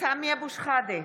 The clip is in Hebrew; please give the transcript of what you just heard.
סמי אבו שחאדה,